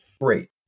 Great